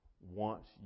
wants